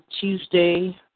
Tuesday